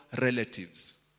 relatives